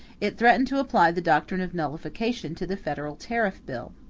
it threatened to apply the doctrine of nullification to the federal tariff bill.